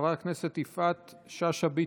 חברת הכנסת יפעת שאשא ביטון,